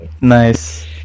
Nice